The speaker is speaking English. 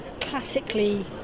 classically